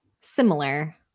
similar